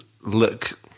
look